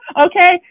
Okay